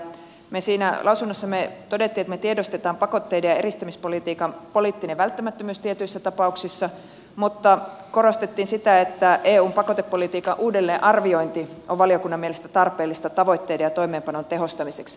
me siinä lausunnossamme totesimme että me tiedostamme pakotteiden ja eristämispolitiikan poliittisen välttämättömyyden tietyissä tapauksissa mutta korostimme sitä että eun pakotepolitiikan uudelleenarviointi on valiokunnan mielestä tarpeellista tavoitteiden ja toimeenpanon tehostamiseksi